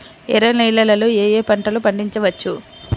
ఎర్ర నేలలలో ఏయే పంటలు పండించవచ్చు?